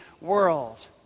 world